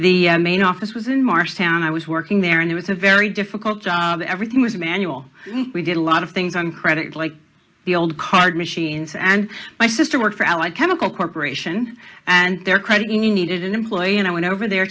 the main office was in marsh town i was working there and it was a very difficult job everything was manual we did a lot of things on credit like the old card machines and my sister worked for allied chemical corporation and their credit union needed an employee and i went over there